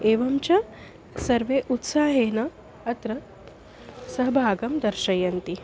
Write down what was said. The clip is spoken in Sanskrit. एवञ्च सर्वे उत्साहेन अत्र सहभागं दर्शयन्ति